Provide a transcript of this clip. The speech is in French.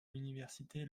l’université